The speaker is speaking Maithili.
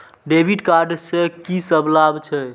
डेविट कार्ड से की लाभ छै?